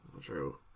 True